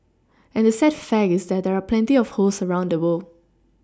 and the sad fact is that there are plenty of hosts around the world